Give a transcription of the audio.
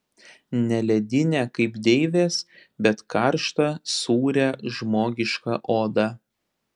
ne ledinę kaip deivės bet karštą sūrią žmogišką odą